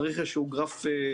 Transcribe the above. ₪ צריך איזה שהוא גרף הגיוני.